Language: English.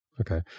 Okay